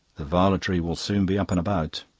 the varletry will soon be up and about.